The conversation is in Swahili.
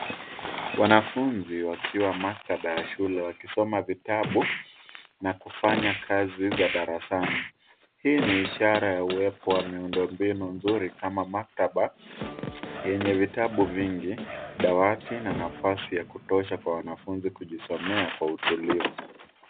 Wanafunzi wakiwa maktaba ya shule wakisoma vitabu na kufanya kazi za darasani. Hii ni ishara ya uwepo wa miundo mbinu mzuri kama maktaba yenye itabu vingi, dawati na nafasi ya kutosha kwa wanafunzi kujisomea kwa utulivu.